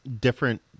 Different